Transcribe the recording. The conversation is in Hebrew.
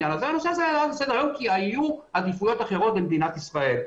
הנושא הזה לא עלה על סדר היום כי היו עדיפויות אחרות למדינת ישראל.